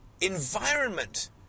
environment